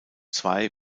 zwei